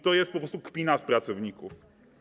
To jest po prostu kpina z pracowników.